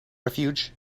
refuge